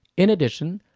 in addition,